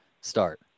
start